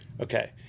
Okay